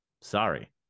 Sorry